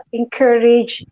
encourage